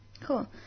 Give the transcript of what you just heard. Cool